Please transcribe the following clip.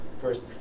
First